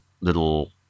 little